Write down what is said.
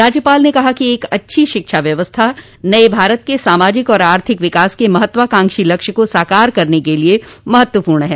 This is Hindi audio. राज्यपाल ने कहा कि एक अच्छी शिक्षा व्यवस्था नये भारत के सामाजिक और आर्थिक विकास के महात्वाकांक्षी लक्ष्य को साकार करने के लिए महत्वपूर्ण है